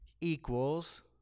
equals